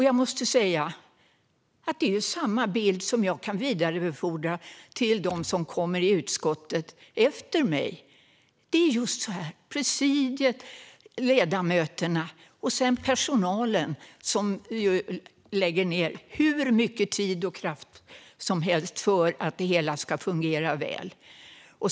Jag måste säga att det är samma bild som jag kan vidarebefordra till dem som kommer till utskottet efter mig. Det är just så här med presidiet och ledamöterna, och sedan är det personalen, som lägger ned hur mycket tid och kraft som helst på att det hela ska fungera väl.